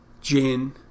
gin